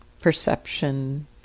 perception